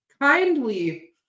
kindly